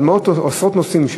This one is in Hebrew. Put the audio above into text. אבל מאות או עשרות נוסעים,